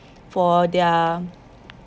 for their